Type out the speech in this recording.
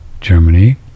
Germany